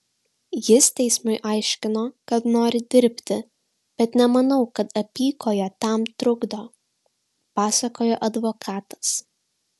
jis teismui aiškino kad nori dirbti bet nemanau kad apykojė tam trukdo pasakojo advokatas